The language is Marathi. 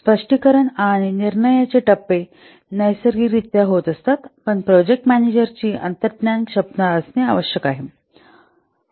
स्पष्टीकरण आणि निर्णयाचे टप्पे नैसर्गिक रित्या होत असतात पण प्रोजेक्ट मॅनेजरची अंतर्ज्ञान क्षमता असणे आवश्यक असते